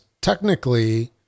technically